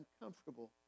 uncomfortable